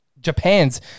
Japan's